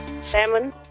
Salmon